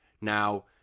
Now